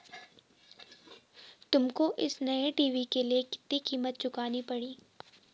तुमको इस नए टी.वी के लिए कितनी कीमत चुकानी पड़ी?